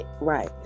right